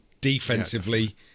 defensively